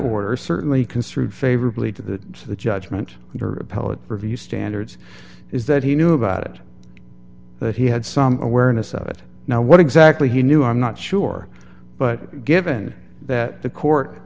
order certainly construed favorably to the to the judgment and her appellate review standards is that he knew about it that he had some awareness of it now what exactly he knew i'm not sure but given that the court